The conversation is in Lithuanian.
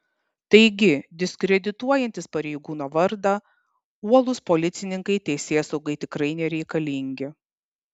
taigi diskredituojantys pareigūno vardą uolūs policininkai teisėsaugai tikrai nereikalingi